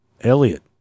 Elliot